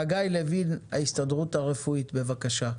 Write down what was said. חגי לוין, ההסתדרות הרפואית, בבקשה.